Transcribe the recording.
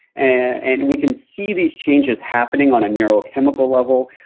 and we can see these changes happening on a neurochemical level.